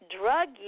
drug